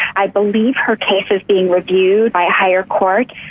i believe her case is being reviewed by a higher court.